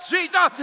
Jesus